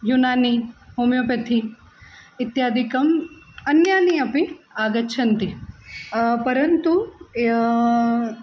Unani homeopathy इत्यादिकम् अन्यानि अपि आगच्छन्ति परन्तु